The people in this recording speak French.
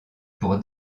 pour